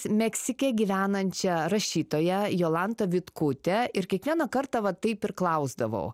meksike gyvenančią rašytoją jolantą vitkutę ir kiekvieną kartą va taip ir klausdavau